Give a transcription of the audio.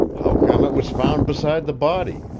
how come it was found beside the body?